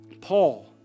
Paul